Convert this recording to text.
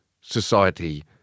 society